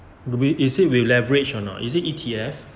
is it will leverage or not is it E_T_F